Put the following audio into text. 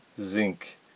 zinc